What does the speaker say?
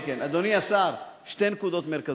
אני יכול לומר לך, אדוני השר, שתי נקודות מרכזיות: